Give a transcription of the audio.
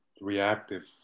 reactive